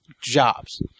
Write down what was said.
jobs